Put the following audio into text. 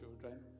children